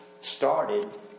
started